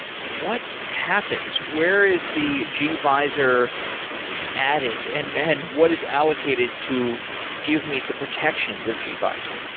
what happens? where is the gvisor added and and what is allocated to give me the protections of gvisor?